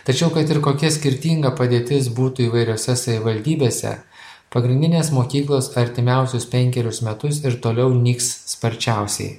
tačiau kad ir kokia skirtinga padėtis būtų įvairiose savivaldybėse pagrindinės mokyklos artimiausius penkerius metus ir toliau nyks sparčiausiai